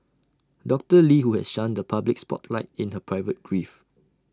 doctor lee who has shunned the public spotlight in her private grief